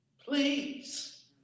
please